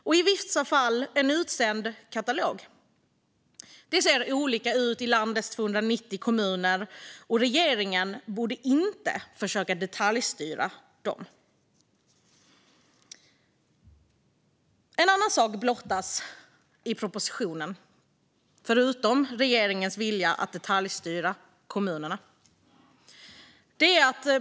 Och i vissa fall kan det vara en utsänd katalog. Det ser olika ut i landets 290 kommuner, och regeringen borde inte försöka detaljstyra dem. En annan sak blottas i propositionen, förutom regeringens vilja att detaljstyra kommunerna.